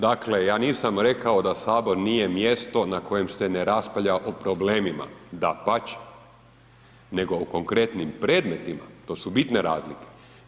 Dakle, ja nisam rekao da Sabor nije mjesto na kojem se ne raspravlja o problemima, dapače, nego o konkretnim predmetima to su bitne razlike.